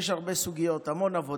יש הרבה סוגיות, המון עבודה.